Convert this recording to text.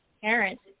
parents